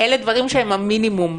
אלה דברים שהם המינימום.